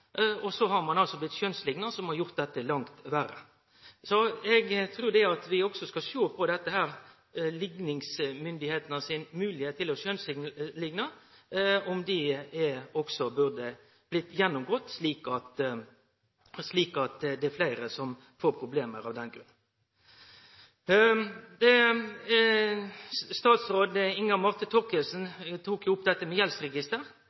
og så har ein altså blitt skjønslikna, noko som har gjort dette langt verre. Så eg trur at vi skal sjå på om likningsmyndigheitenes moglegheit til å skjønslikne også burde bli gjennomgått, slik at det ikkje er fleire som får problem. Statsråd Inga Marte Thorkildsen tok opp dette med gjeldsregister. Det